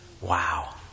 Wow